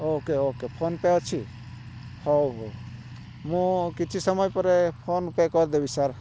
okay okay PhonePe ଅଛି ହଉ ହଉ ମୁଁ କିଛି ସମୟ ପରେ ଫୋନ ପେ କରିଦେବି ସାର୍